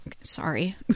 sorry